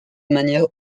manière